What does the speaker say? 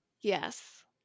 Yes